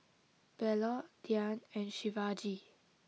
Bellur Dhyan and Shivaji